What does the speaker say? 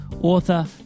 author